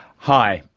hi,